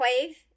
wave